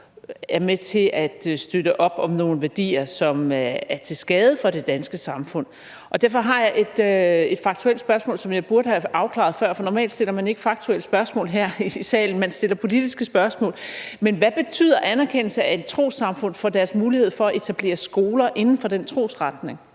er med til at støtte op om nogle værdier, som er til skade for det danske samfund. Derfor har jeg et faktuelt spørgsmål, som burde have været afklaret før, for normalt stiller man ikke faktuelle spørgsmål her i salen – man stiller politiske spørgsmål – men: Hvad betyder anerkendelse af et trossamfund for deres mulighed for at etablere skoler inden for den trosretning?